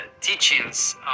teachings